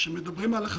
זו הטענה.